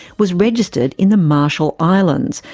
was registered in the marshall islands,